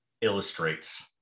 illustrates